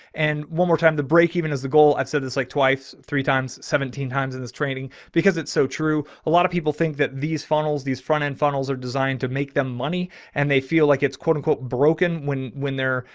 and one more time, the break even is the goal. i've said this like twice, three times, seventeen times in this training, because it's so true. a lot of people think that these funnels, these front end funnels are designed to make them. the money and they feel like it's quote unquote broken when, when they're,